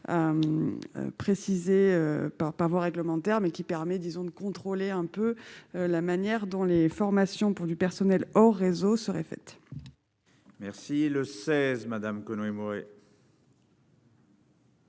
précisés par par voie réglementaire, mais qui permet disons de contrôler un peu la manière dont les formations pour du personnel au réseau serait faite. Merci le 16 Madame Conway Mouret.